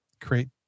create